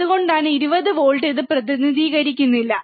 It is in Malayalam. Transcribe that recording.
അതുകൊണ്ടാണ് 20 വോൾട്ട് എന്ന് ഇത് പ്രതിനിധീകരിക്കുന്നില്ല